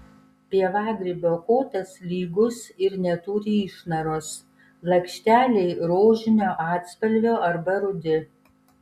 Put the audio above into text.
pievagrybio kotas lygus ir neturi išnaros lakšteliai rožinio atspalvio arba rudi